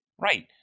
Right